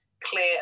clear